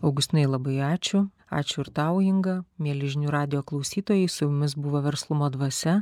augustinai labai ačiū ačiū ir tau inga mieli žinių radijo klausytojai su mumis buvo verslumo dvasia